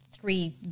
three